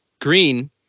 green